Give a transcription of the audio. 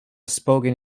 spoken